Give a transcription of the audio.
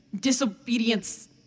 Disobedience